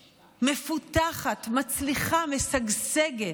מפותחת, מצליחה, משגשגת.